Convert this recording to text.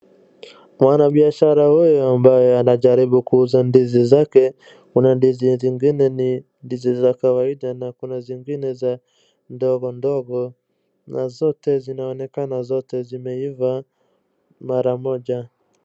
Mwanabiashara huyu ambaye anajaribu kuuza ndizi zake kuna ndizi zingine ni ndizi za kawaida na kuna zingine za ndogo ndogo na zote zinaonekana zote zimeiva mara moja.